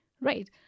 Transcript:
Right